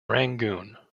rangoon